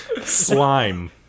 Slime